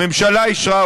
הממשלה אישרה,